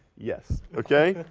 yes. okay.